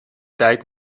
tijd